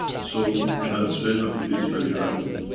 so, transfer of it, is very rapid.